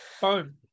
Boom